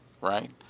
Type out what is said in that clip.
right